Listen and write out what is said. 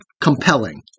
compelling